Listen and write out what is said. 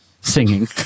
singing